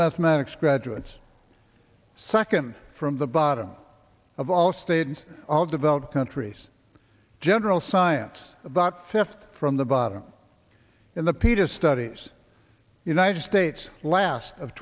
mathematics graduates second from the bottom of all state and all developed countries general science about fifty from the bottom in the pieta studies united states last of